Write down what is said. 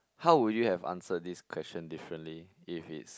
how would you have answered this question differently if it's